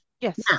Yes